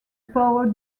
power